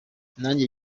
nanjye